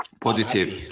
Positive